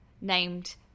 named